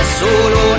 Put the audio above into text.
solo